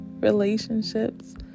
relationships